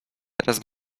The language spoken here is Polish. teraz